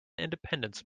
independence